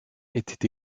était